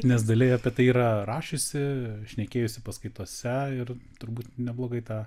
nes dalia apie tai yra rašiusi šnekėjusi paskaitose ir turbūt neblogai tą